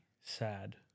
sad